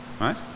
Right